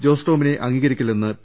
ജോസ് ടോമിനെ അംഗീകരി ക്കില്ലെന്ന് പി